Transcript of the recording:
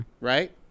right